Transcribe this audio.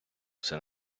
все